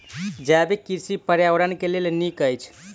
जैविक कृषि पर्यावरण के लेल नीक अछि